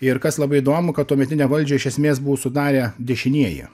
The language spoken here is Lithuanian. ir kas labai įdomu kad tuometinę valdžią iš esmės buvo sudarę dešinieji